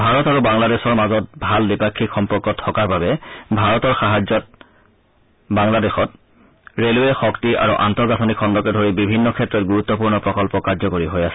ভাৰত আৰু বাংলাদেশৰ মাজত ভাল দ্বিপাক্ষিক সম্পৰ্ক থকাৰ বাবে ভাৰতৰ সাহায্যত বাংলাদেশত ৰে'লৱে শক্তি আৰু আন্তঃগাঁথনি খণ্ডকে ধৰি বিভিন্ন ক্ষেত্ৰত ণ্ডৰুত্পূৰ্ণ প্ৰকল্প কাৰ্যকৰী হৈ আছে